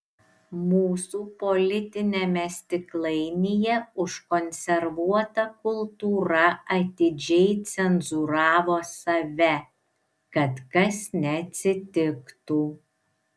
mūsų politiniame stiklainyje užkonservuota kultūra atidžiai cenzūravo save kad kas neatsitiktų